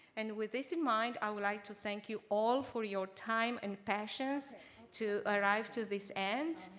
and with this in mind, i would like to thank you all for your time and passions to arrive to this end.